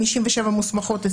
57 מוסמכות,